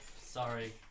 sorry